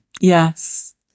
Yes